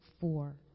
four